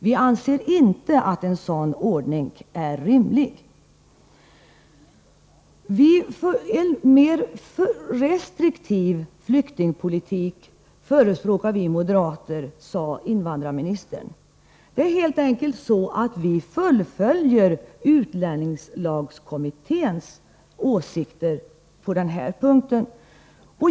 Vi anser inte att en sådan ordning är rimlig. Invandrarministern sade att vi moderater förespråkar en mer restriktiv flyktingpolitik. Men vi moderater fullföljer helt enkelt utlänningslagskommitténs åsikter på den här punkten.